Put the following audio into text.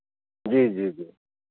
जी जी जी